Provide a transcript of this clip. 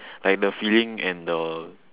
like the feeling and the